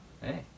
hey